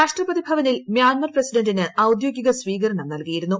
രാഷ്ട്രപതി ഭവനിൽ മ്യാൻമാർ പ്രസിഡന്റിന് ഔദ്യോഗിക സ്വീകരണം നൽകിയിരുന്നു